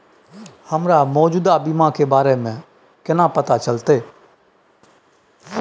हमरा मौजूदा बीमा के बारे में केना पता चलते?